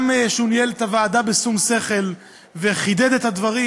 גם על שהוא ניהל את הוועדה בשום שכל וחידד את הדברים